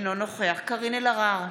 אינו נוכח קארין אלהרר,